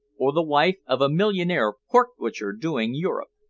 or the wife of a millionaire pork-butcher doing europe.